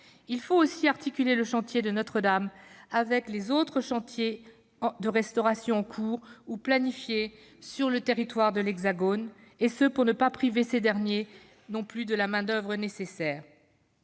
Il faut aussi articuler le chantier de Notre-Dame avec les autres chantiers de restauration, en cours ou planifiés sur le territoire de l'Hexagone, pour ne pas priver ces derniers de la main-d'oeuvre nécessaire.